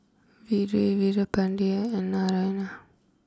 Vedre Veerapandiya and Naraina